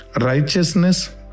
righteousness